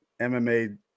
MMA